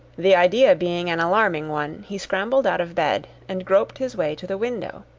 the idea being an alarming one, he scrambled out of bed, and groped his way to the window.